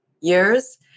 years